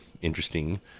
interesting